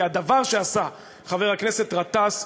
כי הדבר שעשה חבר הכנסת גטאס,